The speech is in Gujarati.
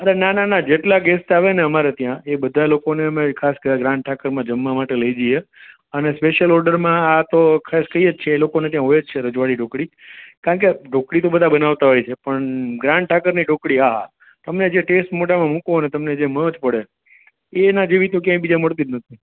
અરે ના ના ના જેટલા ગેસ્ટ આવે ને અમારે ત્યાં એ બધા લોકોને અમે ખાસ આ કરીને ગ્રાન્ડ ઠાકરમાં જમવા માટે લઈ જઈએ અને સ્પેશિયલ ઓર્ડરમાં તો ખાસ કઈએ જ છીએ એ લોકો ના ત્યાં હોય જ છે રજવાડી ઢોકળી કારણ કે ઢોકળી તો બધા બનાવતા હોય છે પણ ગ્રાન્ડ ઠાકરની ઢોકળી આહા તમે તમને જે ટેસ્ટ મોંઢામાં મૂકો અને તમને જે મોજ પડે એના જેવી તો ક્યાંય બીજે મળતી જ નથી